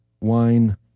wine